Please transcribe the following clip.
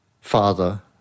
father